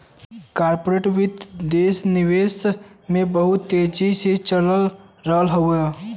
corporate वित्त देस विदेस में बहुत तेजी से चल रहल हउवे